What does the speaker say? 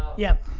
yeah.